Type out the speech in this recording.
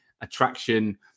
attraction